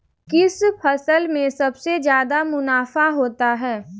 किस फसल में सबसे जादा मुनाफा होता है?